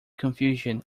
confusion